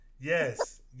yes